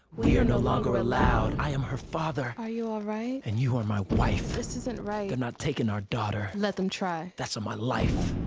we are no longer allowed. i am her father. are you all right? and you are my wife. this isn't right. they're not taking our daughter. let them try. that's on my life.